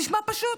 נשמע פשוט,